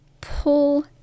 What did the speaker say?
pull